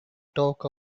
talk